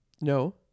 No